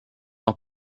noch